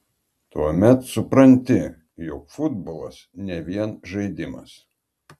tuomet supranti jog futbolas ne vien žaidimas